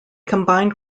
combined